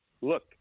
look –